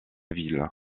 ville